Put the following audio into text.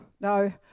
no